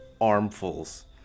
armfuls